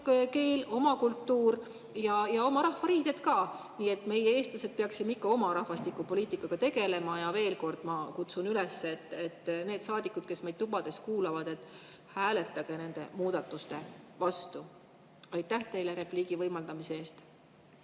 keel, oma kultuur ja oma rahvariided ka. Meie, eestlased, peaksime ikka oma rahvastiku poliitikaga tegelema. Ja veel kord ma kutsun üles: need saadikud, kes meid tubades kuulavad, hääletage nende muudatuste vastu. Aitäh teile repliigi võimaldamise eest!